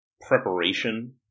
preparation